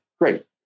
great